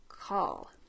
call